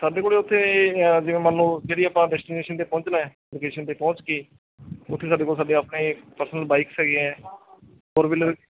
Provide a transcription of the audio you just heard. ਸਾਡੇ ਕੋਲ ਉੱਥੇ ਜਿਵੇਂ ਮਨ ਲਓ ਜਿਹੜੀ ਆਪਾਂ ਡੇਸਟੀਨੈਸ਼ਨ 'ਤੇ ਪਹੁੰਚਣਾ ਲੋਕੇਸ਼ਨ 'ਤੇ ਪਹੁੰਚ ਕੇ ਉੱਥੇ ਸਾਡੇ ਕੋਲ ਸਾਡੇ ਆਪਣੇ ਪਰਸਨਲ ਬਾਈਕਸ ਹੈਗੇ ਆ ਫ਼ੋਰ ਵਹੀਲਰ